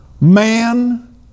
man